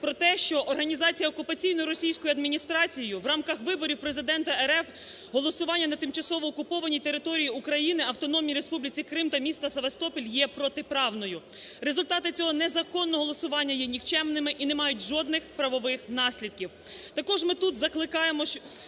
адміністрації в рамках виборів Президента РФ, голосування на тимчасово окупованій території України, Автономній Республіці Крим та міста Севастополь, є протиправною. Результати цього незаконного голосування є нікчемними і не мають жодних правових наслідків. Також ми тут закликаємо